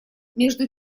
между